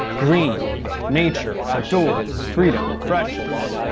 green nature, outdoors, freedom, freshness.